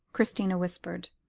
christina whispered.